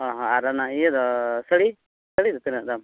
ᱚ ᱦᱚᱸ ᱟᱨ ᱚᱱᱟ ᱤᱭᱟᱹ ᱫᱚ ᱥᱟᱹᱲᱤ ᱥᱟᱹᱲᱤ ᱫᱚ ᱛᱤᱱᱟᱹᱜ ᱫᱟᱢ